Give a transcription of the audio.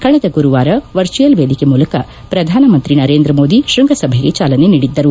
ಕಳೆದ ಗುರುವಾರ ವರ್ಜುವಲ್ ವೇದಿಕೆ ಮೂಲಕ ಪ್ರಧಾನಮಂತ್ರಿ ನರೇಂದ್ರಮೋದಿ ಶ್ವಂಗಸಭೆಗೆ ಚಾಲನೆ ನೀಡಿದ್ದರು